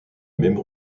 même